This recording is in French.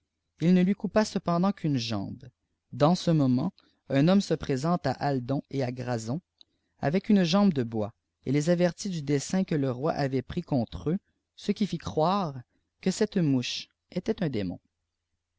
il ne h coupa cependant qu'une jambe dans ce moment un homme se présente à aldon et à granson avec une jambe de bois et les avertit du dessein que le roi avait pris contre eux ce qui fit croire que cette mouche était un démon